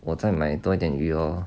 我在买多一点鱼 hor